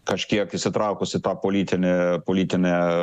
kažkiek įsitraukus į tą politinį politinę